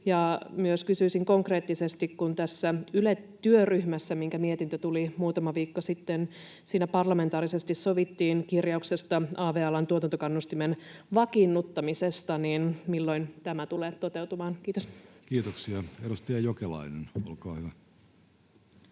ja kulttuurialan hyväksi? Kun tässä Yle-työryhmässä, jonka mietintö tuli muutama viikko sitten, parlamentaarisesti sovittiin kirjauksesta av-alan tuotantokannustimen vakiinnuttamisesta, niin kysyisin myös, milloin tämä tulee toteutumaan. — Kiitos. Kiitoksia. — Edustaja Jokelainen, olkaa hyvä.